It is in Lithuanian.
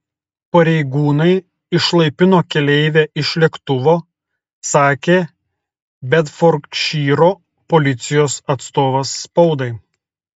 pareigūnai išlaipino keleivę iš lėktuvo sakė bedfordšyro policijos atstovas spaudai